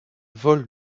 vol